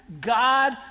God